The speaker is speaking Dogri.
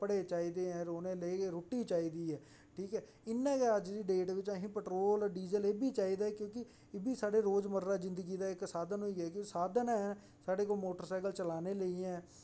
कपड़े चाहिदे न रौह्ने लेई रुट्टी चाहिदी ऐ इ'यां गै अज्ज दी डेट बिच्च असें गी पेट्रोल डीजल एह् सब बी चाहिदा है क्योंकि इब्भी साढे रोज मर्रा दी जिदंगी दा इक साधन होई गेआ ऐ साघन ऐ साढे कोल मोटरसाइकल चलाने लेई ऐ